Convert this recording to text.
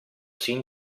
sin